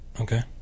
okay